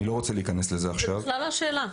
אני לא רוצה להיכנס לזה עכשיו --- זו בכלל לא השאלה.